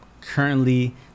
Currently